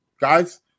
guys